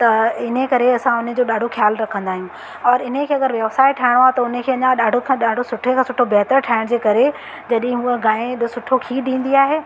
त इन करे असां उन जो ॾाढो ख़्यालु रखंदा आहियूं और इने खे अगरि व्यवसाय ठाहिणो आहे त उन खे अञा ॾाढो खां ॾाढो सुठे खां सुठो बहितरु ठाहिण जे करे जॾहि हूअ गाहिं बि सुठो खीरु ॾींदी आहे